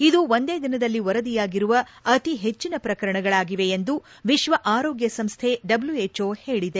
ಇದು ಒಂದೇ ದಿನದಲ್ಲಿ ವರದಿಯಾಗಿರುವ ಅತಿ ಹೆಚ್ಚನ ಪ್ರಕರಣಗಳಾಗಿವೆ ಎಂದು ವಿಶ್ವ ಆರೋಗ್ಯ ಸಂಸ್ಥೆ ಡಬ್ಲ್ಯುಎಚ್ಒ ಹೇಳಿದೆ